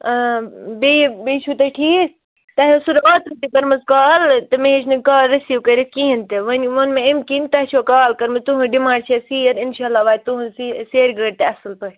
ٲں بیٚیہِ بیٚیہِ چھُو تُہۍ ٹھیٖک تۄہہِ ٲسوٕ اوترٕ تہِ کٔرمٕژ کال تہٕ مےٚ ہیٚچۍ نہٕ کال رَسیٖو کٔرِتھ کِہیٖنۍ تہِ وۄنۍ ووٚن مےٚ اَمہِ کِنۍ تۄہہِ چھو کال کٔرمٕژ تُہنٛز ڈِمانٛڈ چھِ سیٖر اِنشاء اللہ واتہِ تُہنٛز سیرِ گٲڑۍ تہِ اصٕل پٲٹھۍ